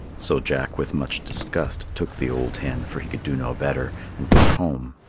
so jack with much disgust took the old hen, for he could do no better, and went home.